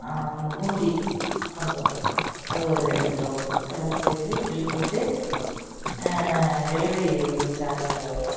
பூந்தி கொஞ்சம் அது ஒரு ரெண்டு கிலோ எல்லாம் சேர்த்து பில் போட்டு டெலிவரி உங்களுக்கு சார்ஜ்